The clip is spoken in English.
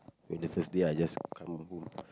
when the first day I just come home